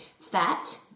fat